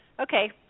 okay